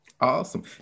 Awesome